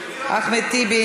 אחמד טיבי,